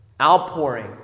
outpouring